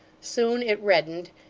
soon it reddened,